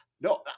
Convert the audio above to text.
No